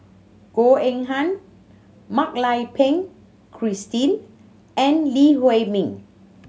Goh Eng Han Mak Lai Peng Christine and Lee Huei Min